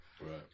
Right